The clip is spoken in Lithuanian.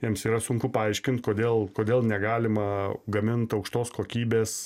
jiems yra sunku paaiškint kodėl kodėl negalima gamint aukštos kokybės